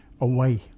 away